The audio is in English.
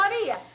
Maria